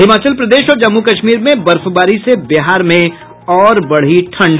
हिमाचल प्रदेश और जम्मू कश्मीर में बर्फबारी से बिहार में और बढ़ी ठंड